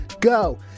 Go